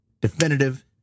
definitive